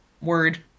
Word